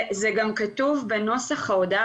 זה גם כתוב בנוסח ההודעה,